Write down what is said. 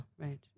right